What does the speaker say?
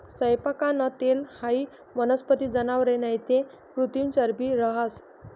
सैयपाकनं तेल हाई वनस्पती, जनावरे नैते कृत्रिम चरबी रहास